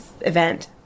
event